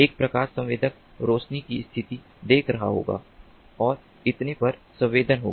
एक प्रकाश संवेदक रोशनी की स्थिति देख रहा होगा और इतने पर संवेदन होगा